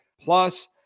plus